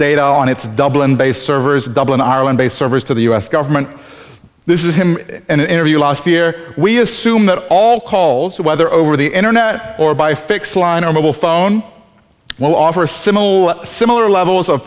data on its dublin based servers dublin ireland based service to the us government this is him in an interview last year we assume that all calls the weather over the internet or by fixed line or mobile phone will offer similar similar levels of